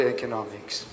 Economics